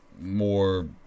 more